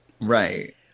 Right